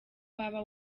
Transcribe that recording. waba